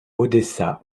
odessa